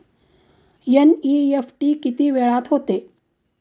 NEFT किती वेळात होते?